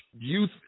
youth